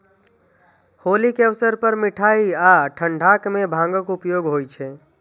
होली के अवसर पर मिठाइ आ ठंढाइ मे भांगक उपयोग होइ छै